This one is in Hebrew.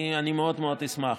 אני מאוד אשמח.